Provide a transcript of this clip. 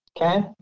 Okay